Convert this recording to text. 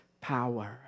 power